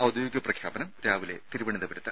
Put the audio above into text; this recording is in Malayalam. ഔദ്യോഗിക പ്രഖ്യാപനം രാവിലെ തിരുവന്തപുരത്ത്